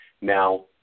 Now